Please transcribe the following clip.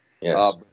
Yes